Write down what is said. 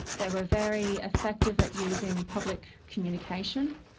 they were very effective at using public communication.